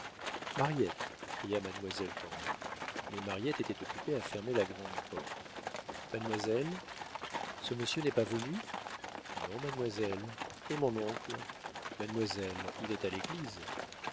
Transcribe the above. mariette cria mademoiselle cormon mais mariette était occupée à fermer la grande porte mademoiselle ce monsieur n'est pas venu non mademoiselle et mon oncle mademoiselle il est à l'église